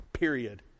period